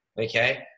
okay